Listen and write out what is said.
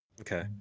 Okay